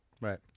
right